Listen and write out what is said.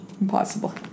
Impossible